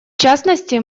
частности